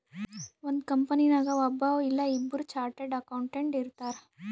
ಒಂದ್ ಕಂಪನಿನಾಗ್ ಒಬ್ಬವ್ ಇಲ್ಲಾ ಇಬ್ಬುರ್ ಚಾರ್ಟೆಡ್ ಅಕೌಂಟೆಂಟ್ ಇರ್ತಾರ್